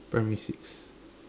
primary six